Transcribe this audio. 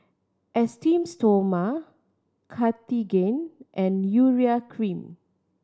Esteem Stoma Cartigain and Urea Cream